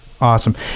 awesome